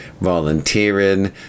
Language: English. volunteering